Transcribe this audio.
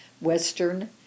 Western